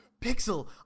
Pixel